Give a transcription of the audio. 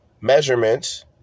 measurements